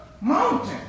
mountain